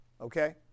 Okay